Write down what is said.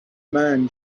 man